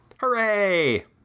Hooray